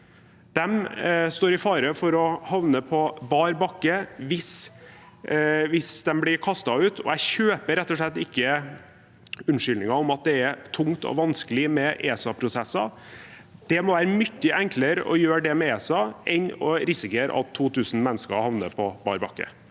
De står i fare for å havne på bar bakke hvis de blir kastet ut. Jeg kjøper rett og slett ikke unnskyldningen om at det er tungt og vanskelig med ESA-prosesser. Det må jo være mye en klere å gjøre det med ESA enn å risikere at 2 000 mennesker havner på bar bakke.